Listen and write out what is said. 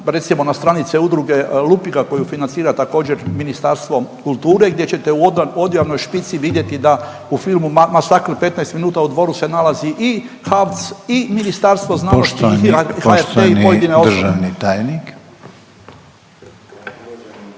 recimo na stranice udruge Lupiga koju financira također, Ministarstvo kulture, gdje ćete u odjavnoj špici vidjeti da u filmu masakr 15 minuta u Dvoru se nalazi i HAVC i Ministarstvo znanosti … .../Upadica: Poštovani,